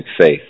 faith